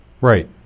right